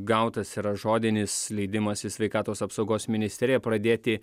gautas yra žodinis leidimas iš sveikatos apsaugos ministerija pradėti